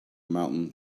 mountain